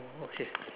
oh okay